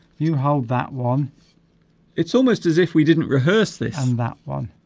you hold that one it's almost as if we didn't rehearse this and that one